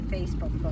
Facebook